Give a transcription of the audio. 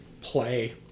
play